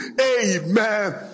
Amen